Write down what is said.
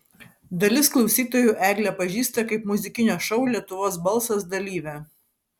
dalis klausytojų eglę pažįsta kaip muzikinio šou lietuvos balsas dalyvę